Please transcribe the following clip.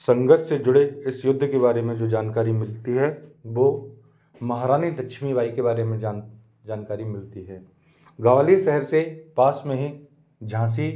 संघर्ष से जुड़े इस युद्ध के बारे में जो जानकारी मिलती है वो महरानी लक्ष्मी बाई के बारे में जानकारी मिलती है ग्वालियर शहर से पास में ही झांसी